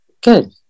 Good